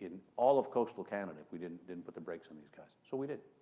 in all of coastal canada, if we didn't didn't put the brakes on these guys. so, we did.